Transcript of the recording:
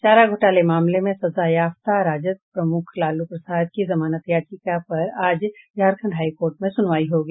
चारा घोटाला मामले में सजायाफ्ता राजद प्रमुख लालू प्रसाद की जमानत याचिका पर आज झारखंड हाईकोर्ट में सुनवाई होगी